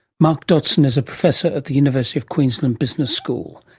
mark dodgson is a professor at the university of queensland's business school.